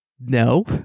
no